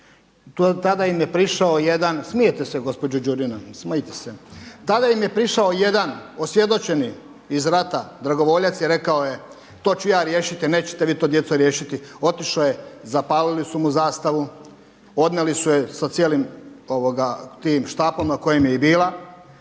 tada im je prišao jedan osvjedočeni iz rata dragovoljac i rekao je to ću ja riješiti nećete vi to djeco riješiti. Otišao je, zapalili su mu zastavu, odnijeli su je sa cijelim tim štapom na kojem je i bila,